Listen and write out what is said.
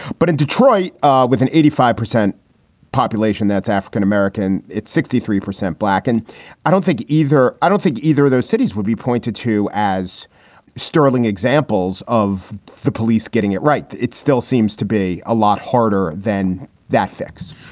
but in detroit ah with an eighty five percent population that's african-american. it's sixty three percent black. and i don't think either. i don't think either those cities would be pointed to as sterling exam. roles of the police. getting it right. it still seems to be a lot harder than that fix,